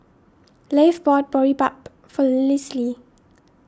Leif bought Boribap for Lisle